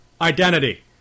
identity